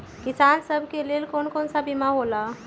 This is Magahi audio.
किसान सब के लेल कौन कौन सा बीमा होला?